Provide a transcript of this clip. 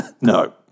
no